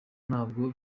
ntabwo